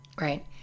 right